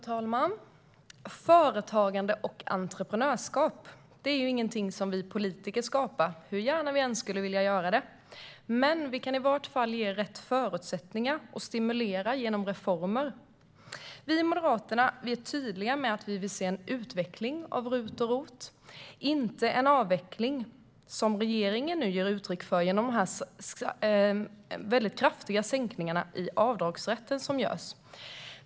Fru talman! Företagande och entreprenörskap är inget som vi politiker skapar, hur gärna vi än skulle vilja det. Men vi kan i vart fall ge rätt förutsättningar och stimulera detta genom reformer. Vi i Moderaterna är tydliga med att vi vill se en utveckling av ROT och RUT, inte en avveckling som regeringen ger uttryck för genom kraftiga sänkningar av avdragsrätten.